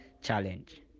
challenge